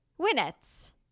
Winnet's